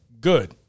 good